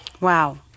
Wow